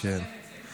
מי ישלם את זה?